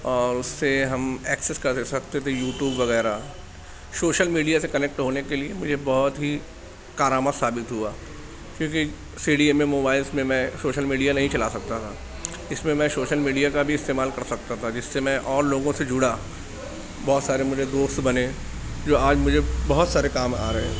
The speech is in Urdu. اور اس سے ہم ایکسیس کر سکتے تھے یوٹیوب وغیرہ سوشل میڈیا سے کنیکٹ ہونے کے لیے مجھے بہت ہی کارآمد ثابت ہوا کیونکہ C D M A mobiles میں میں سوشل میڈیا نہیں چلا سکتا تھا اس میں میں سوشل میڈیا کا بھی استعمال کر سکتا تھا جس سے میں اور لوگوں سے جڑا بہت سارے میرے دوست بنے جو آج مجھے بہت سارے کام آ رہے ہیں